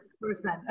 person